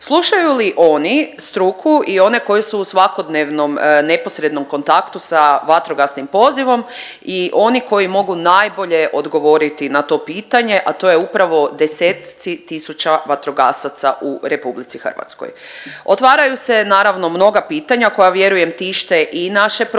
Slušaju li oni struku i one koji su u svakodnevnom neposrednom kontaktu sa vatrogasnim pozivom i oni koji mogu najbolje odgovoriti na to pitanje, a to je upravo desetci tisuća vatrogasaca u RH. Otvaraju se naravno mnoga pitanja koja vjerujem tište i naše profesionalne